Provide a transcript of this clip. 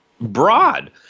broad